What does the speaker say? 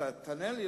תענה לי,